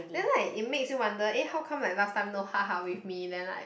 then like it makes you wonder eh how come like last time no hug hug with me then like